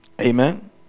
Amen